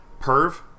Perv